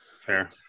fair